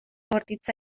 bortitza